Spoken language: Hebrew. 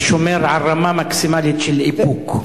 אני שומר על רמה מקסימלית של איפוק.